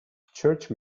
church